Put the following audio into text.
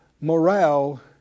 morale